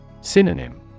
Synonym